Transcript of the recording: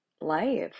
life